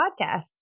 podcast